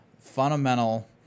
fundamental